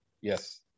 Yes